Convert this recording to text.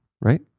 right